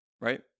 right